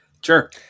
Sure